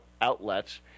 outlets